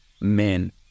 men